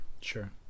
sure